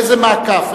איזה מעקף?